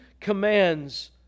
commands